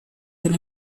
been